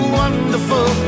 wonderful